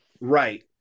right